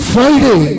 Friday